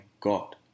God